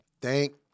Thank